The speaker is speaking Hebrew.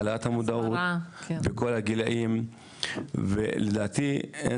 להעלות את המודעות בכל הגילאים ולדעתי אין